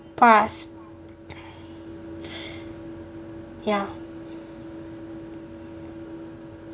past ya